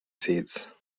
seats